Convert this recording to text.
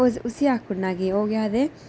उसी आखी ओड़ना कि ओह् केह् आखदे